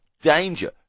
Danger